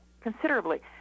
considerably